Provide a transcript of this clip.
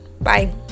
Bye